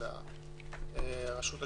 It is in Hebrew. הרשות השופטת,